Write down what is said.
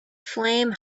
flame